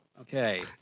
okay